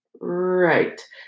right